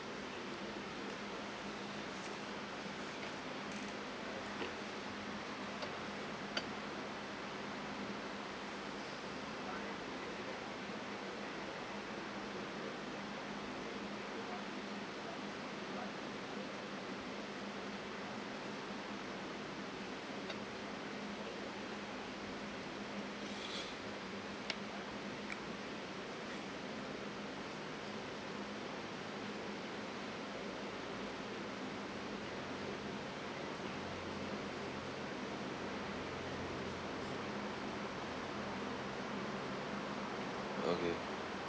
okay